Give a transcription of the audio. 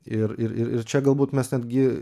ir ir ir čia galbūt mes netgi